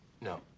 No